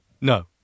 No